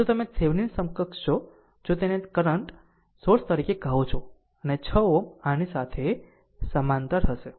આમ જો તમે આ થેવેનિન સમકક્ષ છો જો તેને તમે કરંટ સોર્સ તરીકે કહો છો અને 6 Ω આની સાથે સમાંતર હશે